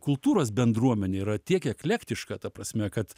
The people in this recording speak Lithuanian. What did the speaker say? kultūros bendruomenė yra tiek eklektiška ta prasme kad